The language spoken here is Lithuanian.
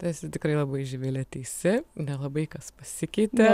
esi tikrai labai živile teisi nelabai kas pasikeitė